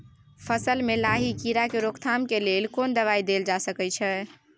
फसल में लाही कीरा के रोकथाम के लेल कोन दवाई देल जा सके छै?